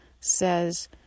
says